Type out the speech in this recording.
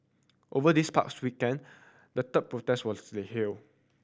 over this past weekend the third protest was held